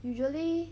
usually